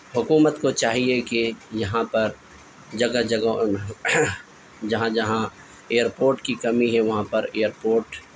حکومت کو چاہیے کہ یہاں پر جگہ جگہ جہاں جہاں ایئرپورٹ کی کمی ہے وہاں پر ایئرپورٹ